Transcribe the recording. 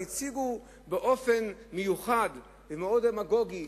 והציגו באופן מיוחד ומאוד דמגוגי,